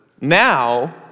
now